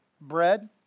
bread